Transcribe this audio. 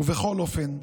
ובכל אופן,